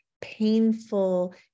painful